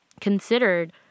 considered